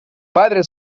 padre